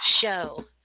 show